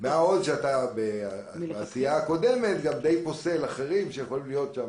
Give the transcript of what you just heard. מה עוד שבעשייה הקודמת די פוסל אחרים שיכולים להיות שם,